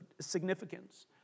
significance